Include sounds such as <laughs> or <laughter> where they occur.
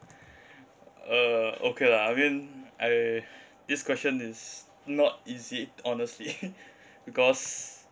uh okay lah I mean I this question is not easy honestly <laughs> because